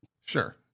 Sure